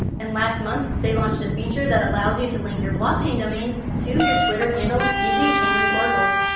and last month they launched a feature that allows you to link your blockchain domain to your twitter handle using chainlink oracles.